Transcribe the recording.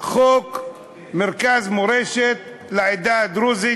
חוק המרכז למורשת העדה הדרוזית,